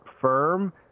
firm